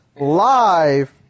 live